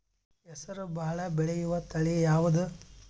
ಹೆಸರು ಭಾಳ ಬೆಳೆಯುವತಳಿ ಯಾವದು?